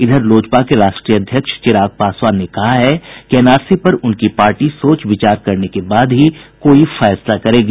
इधर लोजपा के राष्ट्रीय अध्यक्ष चिराग पासवान ने कहा है कि एनआरसी पर उनकी पार्टी सोच विचार करने के बाद ही कोई फैसला करेगी